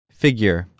figure